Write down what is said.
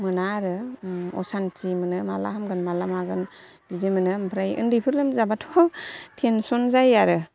मोना आरो असान्थि मोनो माला हामगोन माला मागोन बिदि मोनो ओमफ्राय उन्दैफोर लोमजाबाथ' थेनसन जायो आरो